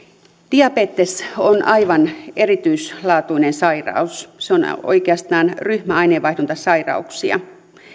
diabetes on aivan erityislaatuinen sairaus se on oikeastaan ryhmä aineenvaihduntasairauksia